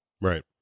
Right